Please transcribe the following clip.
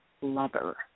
lover